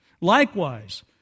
Likewise